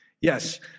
Yes